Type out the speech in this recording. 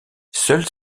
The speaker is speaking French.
seules